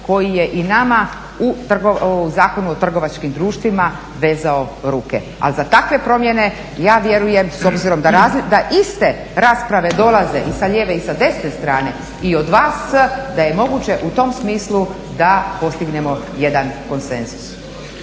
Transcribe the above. koji je i nama u Zakonu o trgovačkim društvima vezao ruke. Ali za takve promjene ja vjerujem s obzirom da iste rasprave dolaze i sa lijeve i sa desne strane i od vas da je moguće u tom smislu da postignemo jedan konsenzus.